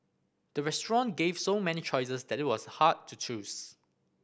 the restaurant gave so many choices that it was hard to choose